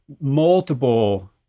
multiple